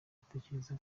atekereza